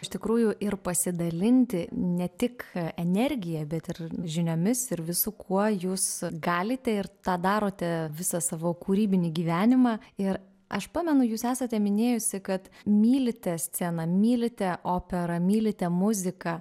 iš tikrųjų ir pasidalinti ne tik energija bet ir žiniomis ir visu kuo jūs galite ir tą darote visą savo kūrybinį gyvenimą ir aš pamenu jūs esate minėjusi kad mylite sceną mylite operą mylite muziką